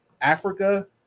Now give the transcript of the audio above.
Africa